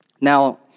Now